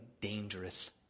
dangerous